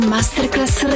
Masterclass